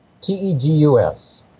T-E-G-U-S